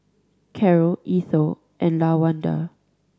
Karol Ethel and Lawanda